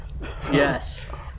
Yes